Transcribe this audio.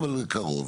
אבל קרוב.